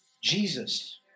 Jesus